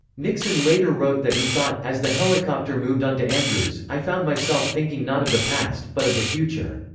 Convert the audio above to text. nixon later wrote that he thought, as the helicopter moved on to andrews, i found myself thinking not of the past, but of the future.